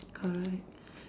correct